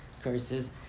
curses